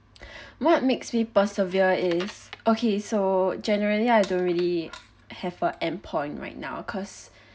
what makes me persevere is okay so generally I don't really have a endpoint right now cause